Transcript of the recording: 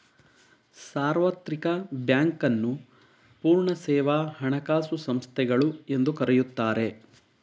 ಸಾರ್ವತ್ರಿಕ ಬ್ಯಾಂಕ್ ನ್ನು ಪೂರ್ಣ ಸೇವಾ ಹಣಕಾಸು ಸಂಸ್ಥೆಗಳು ಎಂದು ಕರೆಯುತ್ತಾರೆ